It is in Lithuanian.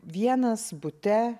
vienas bute